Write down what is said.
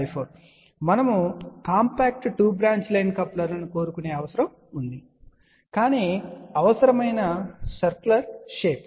కేవలం మనము compact 2 branch line కప్లర్ను కోరుకునే అవసరం ఉంది కాని అవసరమైన షేప్ సర్క్యులర్ షేప్